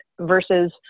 versus